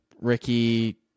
Ricky